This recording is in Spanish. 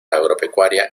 agropecuaria